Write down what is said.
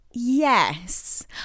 Yes